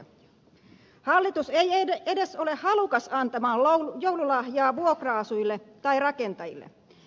hallitus ei edes ole halukas antamaan joululahjaa vuokra asujille tai rakentajille